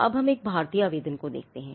अब हम एक भारतीय आवेदन को देखते हैं